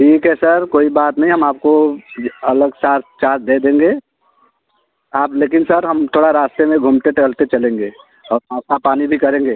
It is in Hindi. ठीक है सर कोई बात नहीं हम आपको अलग चार चार्ज दे देंगे आप लेकिन सर हम थोड़ा रास्ते में घूमते टहलते चलेंगे और नाश्ता पानी भी करेंगे